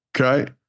Okay